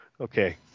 Okay